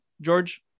George